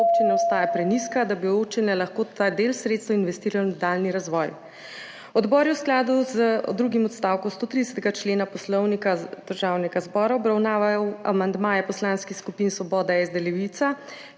občinami ostaja prenizka, da bi občine lahko ta del sredstev investirale v nadaljnji razvoj. Odbor je v skladu z drugim odstavkom 130. člena Poslovnika Državnega zbora obravnaval amandmaje poslanskih skupin Svoboda, SD, Levica